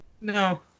No